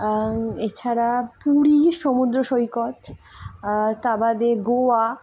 এছাড়া পুরী সমুদ্র সৈকত তা বাদে গোয়া